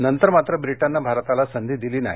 नंतर मात्र ब्रिटननं भारताला संघी दिली नाही